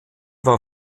war